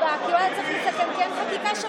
כי אין חקיקה בשבוע הבא.